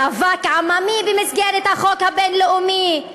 מאבק עממי במסגרת החוק הבין-לאומי,